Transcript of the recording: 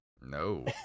No